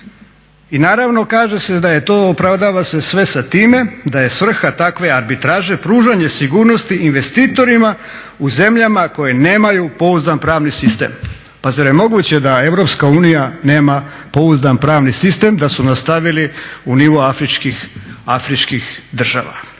I naravno kaže se da je to, opravdava se sve sa time da je svrha takve arbitraže pružanje sigurnosti investitorima u zemljama koje nemaju pouzdan pravni sistem. Pa zar je moguće da Europska unija nema pouzdan pravni sistem, da su nastavili u nivou afričkih država?